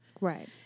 Right